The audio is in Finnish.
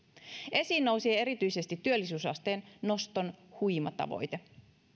esiin nousi erityisesti työllisyysasteen noston huima tavoite